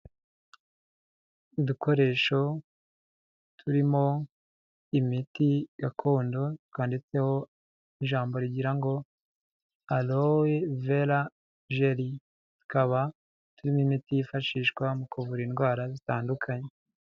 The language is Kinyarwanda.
Udukoresho turimo imiti gakondo, twanditseho ijambo rigira ngo: Alloe vera gelly, ikaba turimo imiti yifashishwa mu kuvura indwara zitandukanye.